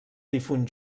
difunt